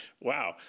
wow